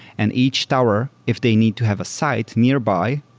and each tower, if they need to have a site nearby,